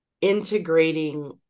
integrating